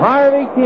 Harvey